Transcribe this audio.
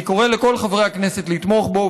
אני קורא לכל חברי הכנסת לתמוך בו,